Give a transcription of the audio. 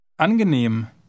Angenehm